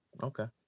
Okay